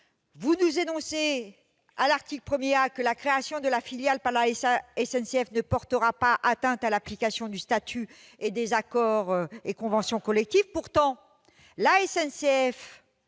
toujours à l'article 1 A, que la création de filiales par la SNCF ne portera pas atteinte à l'application du statut, ainsi que des accords et conventions collectives. Pourtant, la SNCF